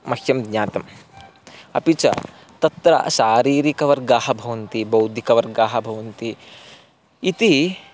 मह्यं ज्ञातम् अपि च तत्र शारीरिकवर्गाः भवन्ति बौद्धिकवर्गाः भवन्ति इति